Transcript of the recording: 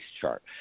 chart